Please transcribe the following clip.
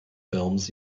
films